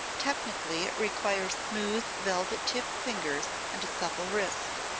technically, it requires smooth, velvet-tipped fingers and a supple wrist.